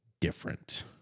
different